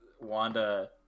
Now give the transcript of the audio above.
Wanda